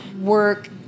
work